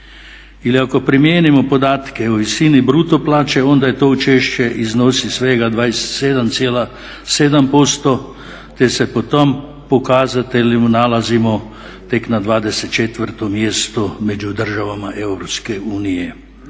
Ili ako primijenimo podatke u visini bruto plaće onda je to češće, iznosi svega 27,7% te se po tom pokazatelju nalazimo tek na 24 mjestu među državama